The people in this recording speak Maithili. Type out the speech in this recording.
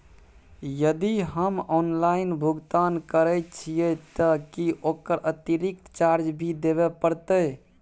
यदि हम ऑनलाइन भुगतान करे छिये त की ओकर अतिरिक्त चार्ज भी देबे परतै?